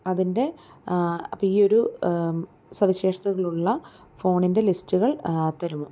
അതിൻ്റെ അപ്പോൾ ഈയൊരു സവിശേഷതകളുള്ള ഫോണിൻ്റെ ലിസ്റ്റുകൾ തരുമോ